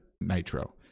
Nitro